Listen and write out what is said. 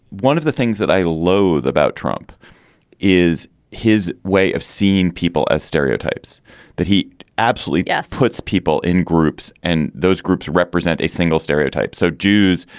one of the things that i loathe about trump is his way of seeing people as stereotypes that he absolutely yeah puts people in groups and those groups. represent a single stereotype, so jews,